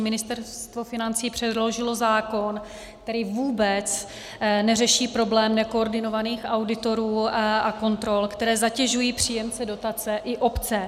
Ministerstvo financí předložilo zákon, který vůbec neřeší problém nekoordinovaných auditorů a kontrol, které zatěžují příjemce dotace i obce.